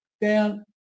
down